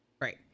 Right